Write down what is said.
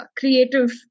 creative